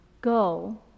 Go